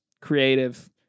creative